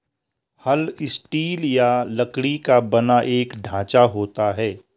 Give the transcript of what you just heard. हल स्टील या लकड़ी का बना एक ढांचा होता है